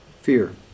Fear